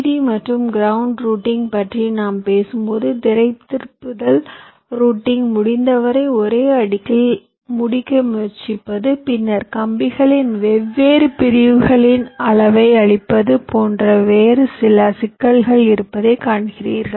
D மற்றும் ground routing பற்றி நாம் பேசும்போது திசைதிருப்பல் ரூட்டிங் முடிந்தவரை ஒரே அடுக்கில் முடிக்க முயற்சிப்பது பின்னர் கம்பிகளின் வெவ்வேறு பிரிவுகளின் அளவை அளிப்பது போன்ற வேறு சில சிக்கல்கள் இருப்பதை காண்கிறீர்கள்